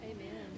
Amen